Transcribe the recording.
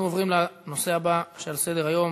אנחנו עוברים לנושא הבא שעל סדר-היום,